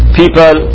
people